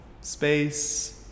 space